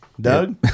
Doug